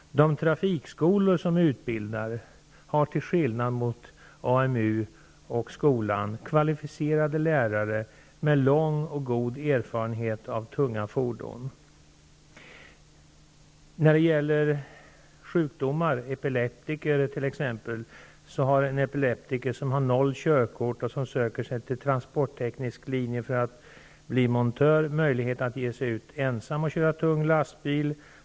De trafikskolor som utbildar har, till skillnad från AMU och skolan, kvalificerade lärare med lång och god erfarenhet av tunga fordon. När det gäller sjukdomar, har t.ex. en epileptiker utan körkort som söker sig till transportteknisk linje för att bli montör möjlighet att ge sig ut ensam och köra tung lastbil.